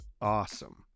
awesome